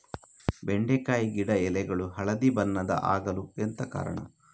ಬೆಂಡೆಕಾಯಿ ಗಿಡ ಎಲೆಗಳು ಹಳದಿ ಬಣ್ಣದ ಆಗಲು ಎಂತ ಕಾರಣ?